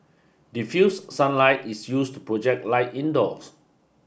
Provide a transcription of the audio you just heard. diffused sunlight is used to project light indoors